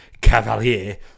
Cavalier